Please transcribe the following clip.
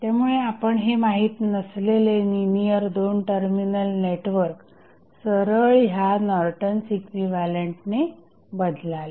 त्यामुळे आपण हे माहित नसलेले लिनियर 2 टर्मिनल नेटवर्क सरळ ह्या नॉर्टन्स इक्विव्हॅलंटने बदलाल